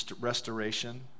restoration